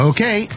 Okay